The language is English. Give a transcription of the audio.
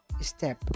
step